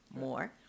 more